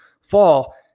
fall